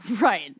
right